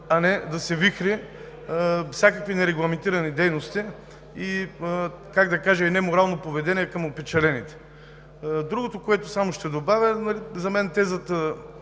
а не да се вихрят всякакви нерегламентирани дейности, и, как да кажа, неморално поведение към опечалените. Другото, което само ще добавя: за мен тезата,